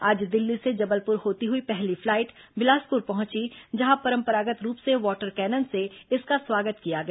आज दिल्ली से जबलपुर होती हुई पहली फ्लाइट बिलासपुर पहुंची जहां परंपरागत् रूप से वाटर कैनन से इसका स्वागत किया गया